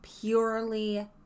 purely